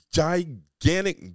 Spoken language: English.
gigantic